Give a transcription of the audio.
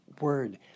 word